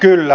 kyllä